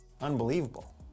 unbelievable